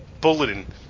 bulletin